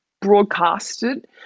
broadcasted